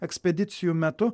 ekspedicijų metu